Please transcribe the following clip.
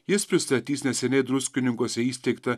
jis pristatys neseniai druskininkuose įsteigtą